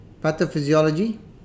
Pathophysiology